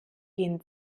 gehen